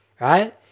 right